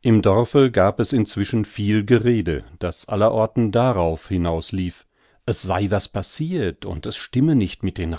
im dorfe gab es inzwischen viel gerede das aller orten darauf hinauslief es sei was passirt und es stimme nicht mit den